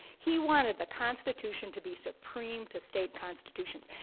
he wanted the constitution to be supreme to state constitutions.